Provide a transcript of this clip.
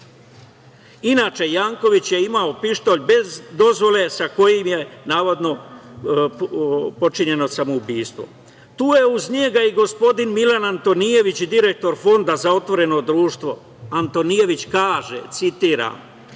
Inače, Janković je imao pištolj bez dozvole sa kojim ne navodno počinjeno samoubistvo. Tu je iz njega i gospodin Milan Antonijević, direktor Fonda za otvoreno društvo Antonijević kaže, citiram